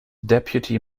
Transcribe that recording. deputy